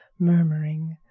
murmuring,